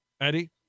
Eddie